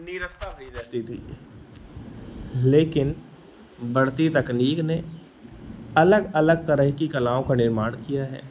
नीरसता दिख जाती थी लेकिन बढ़ती तकनीक ने अलग अलग तरह की कलाओं का निर्माण किया है